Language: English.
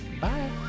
Bye